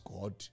God